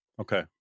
Okay